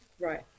Right